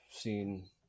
seen